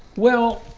well